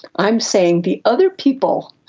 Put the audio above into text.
i'm saying the other people,